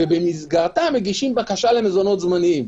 ובמסגרתה מגישים בקשה למזונות זמניים.